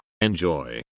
enjoy